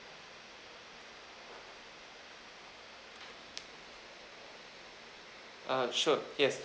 ah sure yes